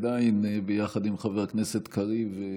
עדיין ביחד עם חבר הכנסת קריב,